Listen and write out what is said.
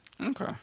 Okay